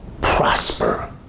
Prosper